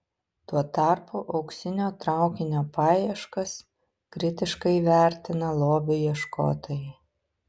tuo tarpu auksinio traukinio paieškas kritiškai vertina lobių ieškotojai